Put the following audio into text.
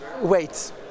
Wait